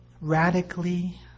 Radically